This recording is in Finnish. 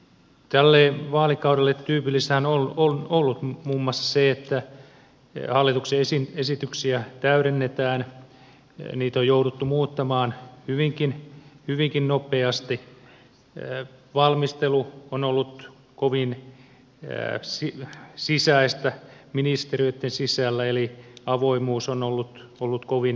tälle vaalikaudelle tyypillistähän on ollut muun muassa se että hallituksen esityksiä täydennetään niitä on jouduttu muuttamaan hyvinkin nopeasti ja valmistelu on ollut kovin sisäistä ministeriöitten sisällä eli avoimuus on ollut kovin kyseenalaista